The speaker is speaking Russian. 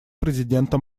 президента